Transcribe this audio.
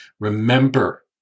Remember